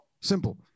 Simple